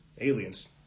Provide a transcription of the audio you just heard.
aliens